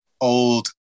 old